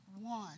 one